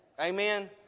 amen